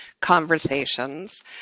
Conversations